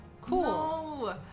Cool